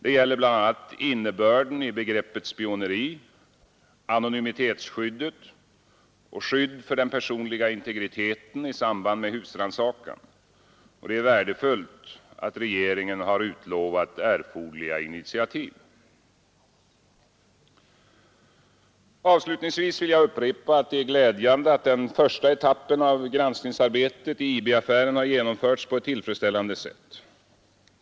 Det gäller bl.a. innebörden i begreppet spioneri, anonymitetsskydd och skyddet för den personliga integriteten i samband med husrannsakan. Det är värdefullt att regeringen utlovat erforderliga initiativ. Avslutningsvis vill jag upprepa att det är glädjande att den första etappen av granskningsarbetet i IB-affären genomförts på ett tillfredsstäl lande sätt.